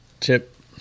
chip